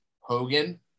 Hogan